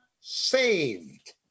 saved